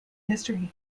history